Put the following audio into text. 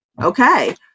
Okay